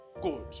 Good